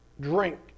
drink